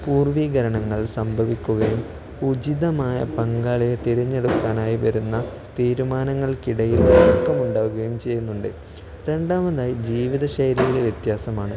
പൂർവീകരണങ്ങൾ സംഭവിക്കുകയും ഉചിതമായ പങ്കാളിയെ തിരഞ്ഞെടുക്കാനായി വരുന്ന തീരുമാനങ്ങൾക്കിടയിൽ തർക്കമുണ്ടാവുകയും ചെയ്യുന്നുണ്ട് രണ്ടാമതായി ജീവിതശൈലിയിലെ വ്യത്യാസമാണ്